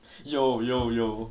有有有